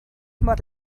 môr